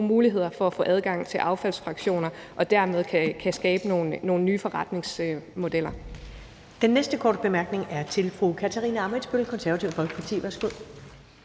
muligheder for at få adgang til affaldsfraktioner og dermed kan skabe nogle nye forretningsmodeller.